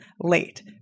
late